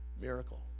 miracle